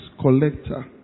collector